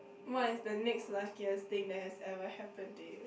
what is the next luckiest thing that has ever happen to you